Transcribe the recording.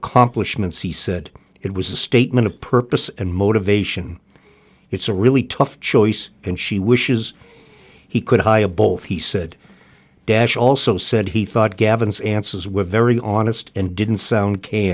accomplishments he said it was a statement of purpose and motivation it's a really tough choice and she wishes he could high of both he said dash also said he thought gavin's answers were very honest and didn't sound k